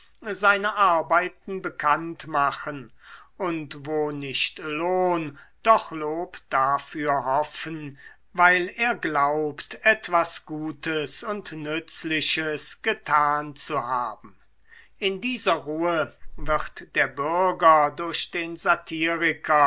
seine arbeiten bekannt machen und wo nicht lohn doch lob dafür hoffen weil er glaubt etwas gutes und nützliches getan zu haben in dieser ruhe wird der bürger durch den satiriker